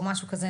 או משהו כזה,